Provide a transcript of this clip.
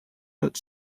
but